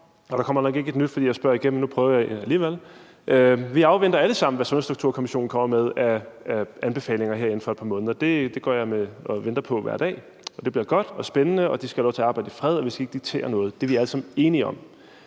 og der kommer nok ikke et nyt, fordi jeg spørger igen, men nu prøver jeg alligevel. Vi afventer alle sammen, hvad Sundhedsstrukturkommissionen kommer med af anbefalinger her inden for et par måneder. Det går jeg og venter på hver dag, og det bliver godt og spændende, og de skal også have lov til at arbejde i fred, og vi skal ikke diktere noget. Det er vi alle sammen enige om.